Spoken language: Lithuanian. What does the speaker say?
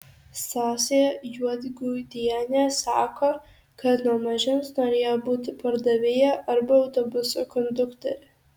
stasė juodgudienė sako kad nuo mažens norėjo būti pardavėja arba autobuso konduktore